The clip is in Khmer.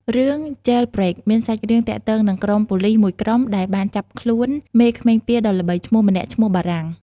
រឿង "Jailbreak" មានសាច់រឿងទាក់ទងនឹងក្រុមប៉ូលិសមួយក្រុមដែលបានចាប់ខ្លួនមេក្មេងពាលដ៏ល្បីឈ្មោះម្នាក់ឈ្មោះបារាំង។